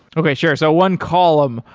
okay, sure. so one column,